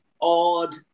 odd